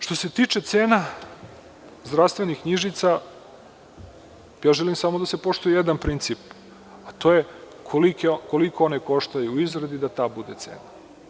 Što se tiče cena zdravstvenih knjižica, ja želim samo da se poštuje jedan princip, a to je koliko one koštaju u izradi da ta bude cena.